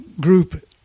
group